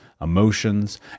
emotions